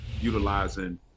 utilizing